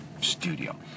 studio